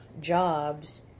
jobs